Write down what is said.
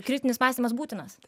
kritinis mąstymas būtinas